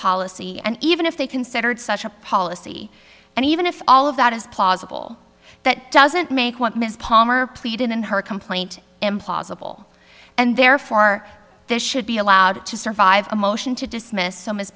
policy and even if they considered such a policy and even if all of that is plausible that doesn't make what ms palmer pleaded in her complaint implausible and therefore this should be allowed to survive a motion to dismiss so